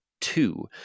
two